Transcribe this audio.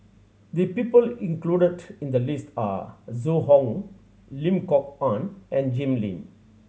the people included in the list are Zhu Hong Lim Kok Ann and Jim Lim